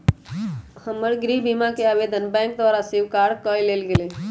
हमर गृह बीमा कें आवेदन बैंक द्वारा स्वीकार कऽ लेल गेलय